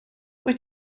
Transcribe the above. wyt